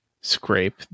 scrape